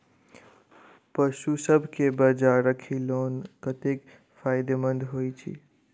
पशुसभ केँ बाजरा खिलानै कतेक फायदेमंद होइ छै?